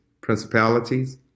Principalities